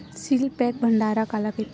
Seal pack भंडारण काला कइथे?